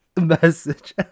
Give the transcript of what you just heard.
message